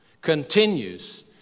continues